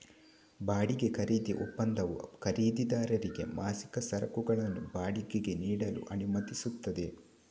ಬಾಡಿಗೆ ಖರೀದಿ ಒಪ್ಪಂದವು ಖರೀದಿದಾರರಿಗೆ ಮಾಸಿಕ ಸರಕುಗಳನ್ನು ಬಾಡಿಗೆಗೆ ನೀಡಲು ಅನುಮತಿಸುತ್ತದೆ